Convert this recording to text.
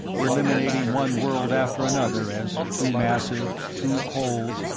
eliminating one world after another as too massive, too cold,